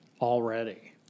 already